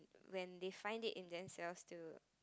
when they find it in themselves to